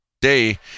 day